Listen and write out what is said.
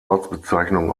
ortsbezeichnung